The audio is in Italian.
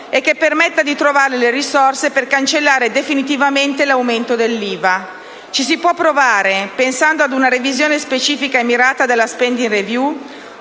e che permetta di trovare le risorse per cancellare definitivamente l'aumento dell'IVA. Ci si può provare pensando ad una revisione specifica e mirata della *spending review*